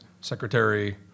secretary